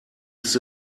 ist